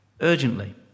urgently